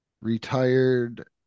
retired